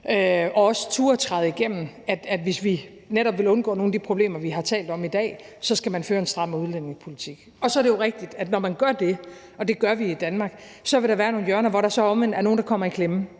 og også turde skære igennem. Så hvis vi netop vil undgå nogle af de problemer, vi har talt om i dag, skal man føre en stram udlændingepolitik. Så er det jo rigtigt, at når man gør det, og det gør vi i Danmark, vil der være nogle hjørner, hvor der så omvendt er nogle, der kommer i klemme.